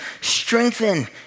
Strengthen